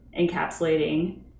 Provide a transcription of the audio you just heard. encapsulating